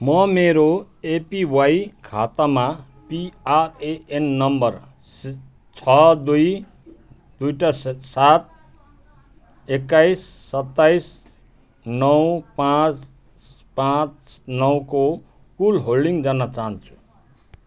म मेरो एपिवाई खातामा पिआरएएन नम्बर छ दुई दुइवटा स सात एक्काइस सत्ताइस नौ पाँच पाँच नौको कुल होल्डिङ जान्न चाहन्छु